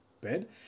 bed